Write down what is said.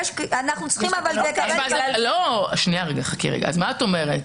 אז מה את אומרת?